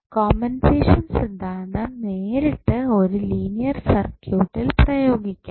compensation സിദ്ധാന്തം നേരിട്ട് ഒരു ലീനിയർ സർക്യൂട്ടിൽ പ്രയോഗിക്കാം